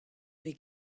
vez